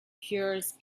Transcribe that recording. cures